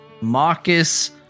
Marcus